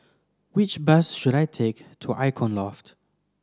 which bus should I take to Icon Loft